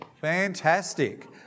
Fantastic